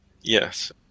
yes